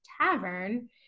tavern